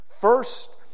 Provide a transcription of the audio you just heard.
First